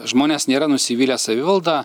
žmonės nėra nusivylę savivalda